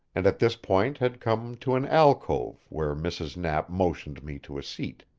and at this point had come to an alcove where mrs. knapp motioned me to a seat.